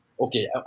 okay